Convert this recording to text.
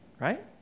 right